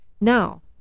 Now